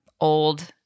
old